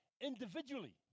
individually